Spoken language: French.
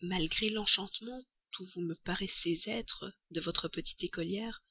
malgré l'enchantement où vous me paraissez être de votre petite écolière